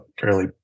fairly